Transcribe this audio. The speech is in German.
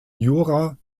jura